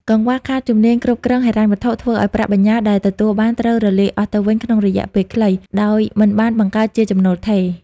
កង្វះខាតជំនាញគ្រប់គ្រងហិរញ្ញវត្ថុ ធ្វើឱ្យប្រាក់បញ្ញើដែលទទួលបានត្រូវរលាយអស់ទៅវិញក្នុងរយៈពេលខ្លី ដោយមិនបានបង្កើតជាចំណូលថេរ។